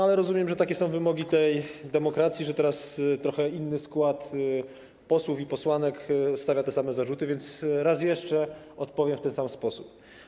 Ale rozumiem, że takie są wymogi demokracji, że trochę inny skład posłów i posłanek stawia te same zarzuty, więc jeszcze raz odpowiem w ten sam sposób.